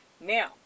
Now